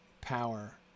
power